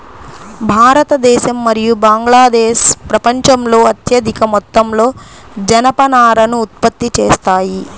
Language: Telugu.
భారతదేశం మరియు బంగ్లాదేశ్ ప్రపంచంలో అత్యధిక మొత్తంలో జనపనారను ఉత్పత్తి చేస్తాయి